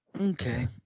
Okay